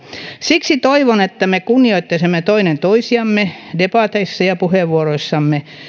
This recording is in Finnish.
siksi toivon että me kunnioittaisimme toinen toisiamme debateissa ja puheenvuoroissamme